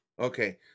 Okay